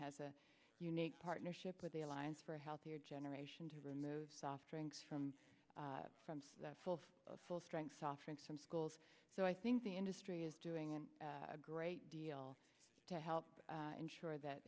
has a unique partnership with the alliance for a healthier generation to remove soft drinks from from that full of full strength offerings from schools so i think the industry is doing a great deal to help ensure that